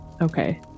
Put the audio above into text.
okay